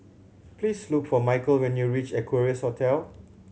please look for Michael when you reach Equarius Hotel